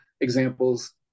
examples